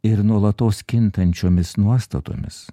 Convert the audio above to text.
ir nuolatos kintančiomis nuostatomis